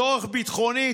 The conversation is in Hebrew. צורך ביטחוני?